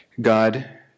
God